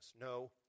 no